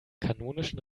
kanonischen